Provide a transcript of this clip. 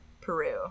peru